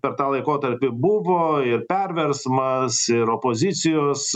per tą laikotarpį buvo ir perversmas ir opozicijos